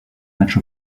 match